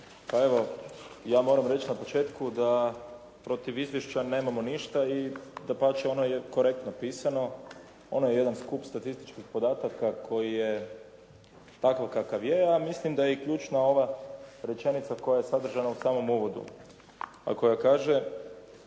Pa evo, ja moram reći na početku da protiv izvješća nemamo ništa i dapače, ono je korektno pisano, ono je jedan skup statističkih podataka koji je takav kakav je, a mislim da je i ključna ova rečenica koja je sadržana u samom uvodu, a koja